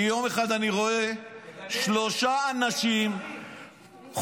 יום אחד אני רואה שלושה אנשים חוסמים,